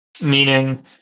Meaning